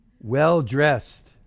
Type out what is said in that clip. Well-dressed